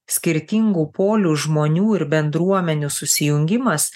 skirtingų polių žmonių ir bendruomenių susijungimas